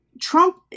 Trump